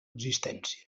existència